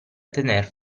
tener